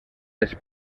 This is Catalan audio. les